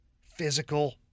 physical